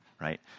right